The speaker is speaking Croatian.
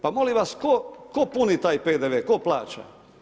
Pa molim vas, tko puni taj PDV, tko plaća?